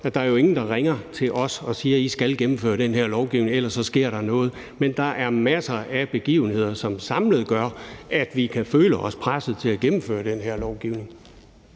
at der ikke er nogen, der ringer til os og siger, at vi skal gennemføre den her lovgivning, for ellers sker der noget. Men der er masser af begivenheder, som samlet gør, at vi kan føle os presset til at gennemføre den her lovgivning.